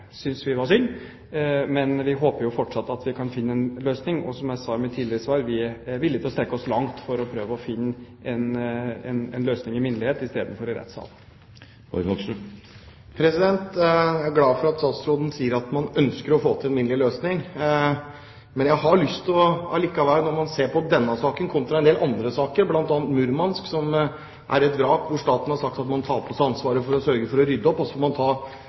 vi var synd. Men vi håper fortsatt at vi kan finne en løsning. Som jeg sa i mitt tidligere svar, vi er villige til å strekke oss langt for å prøve å finne en løsning i minnelighet istedenfor i rettssalen. Jeg er glad for at statsråden sier at man ønsker å få til en minnelig løsning. Man kan da se på denne saken kontra en del andre saker. Blant annet er «Murmansk» et vrak som staten har sagt at den tar på seg ansvaret for å få ryddet opp i – og så får man